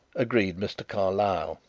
agreed mr. carlyle,